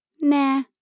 nah